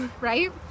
right